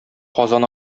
казан